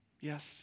Yes